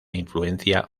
influencia